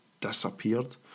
disappeared